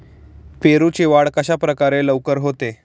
पेरूची वाढ कशाप्रकारे लवकर होते?